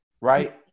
Right